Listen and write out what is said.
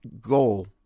goal